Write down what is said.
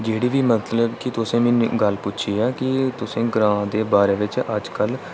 जेह्ड़ी बी मतलब हून तुसें मिगी गल्ल पुच्छी ऐ कि तुसें गी ग्रांऽ दे बारे बिच अजकल